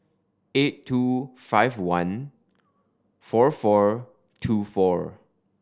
eight two five one four four two four